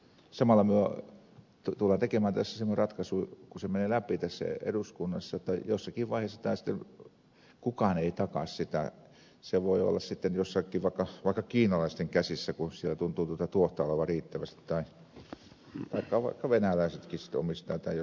samalla me tulemme tekemään tässä semmoisen ratkaisun kun se menee läpi tässä eduskunnassa jotta jossakin vaiheessa kukaan ei takaa sitä se voi olla sitten vaikka kiinalaisten käsissä kun siellä tuntuu tuota tuohta olevan riittävästi tai vaikka venäläisetkin sitten omistavat tämän